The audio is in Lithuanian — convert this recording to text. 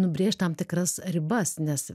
nubrėžt tam tikras ribas nes